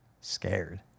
scared